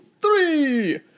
three